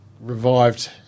revived